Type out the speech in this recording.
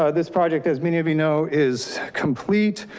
ah this project, as many of you know is complete.